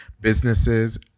businesses